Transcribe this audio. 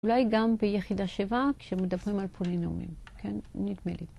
אולי גם ביחידה שבע כשמדברים על פולינומים, כן? נדמה לי.